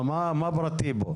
מה פרטי כאן?